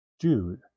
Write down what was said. Jude